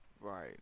Right